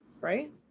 right